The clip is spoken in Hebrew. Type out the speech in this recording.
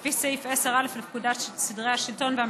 לפי סעיף 10א לפקודת סדרי השלטון והמשפט,